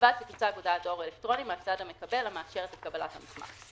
ובלבד שתוצג הודעת דואר אלקטרוני מהצד המקבל המאשרת את קבלת המסמך,